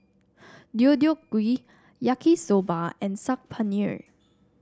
Deodeok Gui Yaki Soba and Saag Paneer